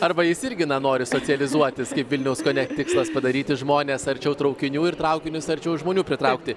arba jis irgi nenori socializuotis kaip vilniaus konekt tikslas padaryti žmones arčiau traukinių ir traukinius arčiau žmonių pritraukti